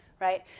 right